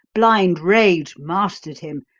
blind rage mastered him,